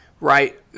right